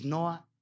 Noah